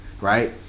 Right